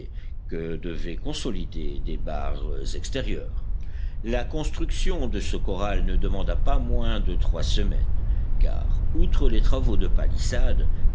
que devaient consolider des barres extérieures la construction de ce corral ne demanda pas moins de trois semaines car outre les travaux de palissade